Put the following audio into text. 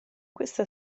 questa